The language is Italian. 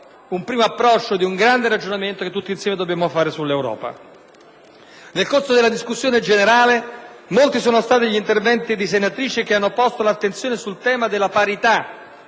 il primo approccio ad un grande ragionamento che tutti insieme dobbiamo fare sull'Europa. Nel corso della discussione generale, molti sono stati gli interventi di senatrici che hanno posto l'attenzione sul tema della parità